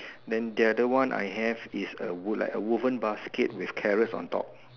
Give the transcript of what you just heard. then the other one I have is a wood like a wooden basket with carrots on top